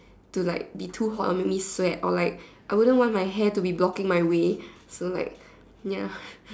to like be too hot or make me sweat or like I wouldn't want my hair to be blocking my way so like ya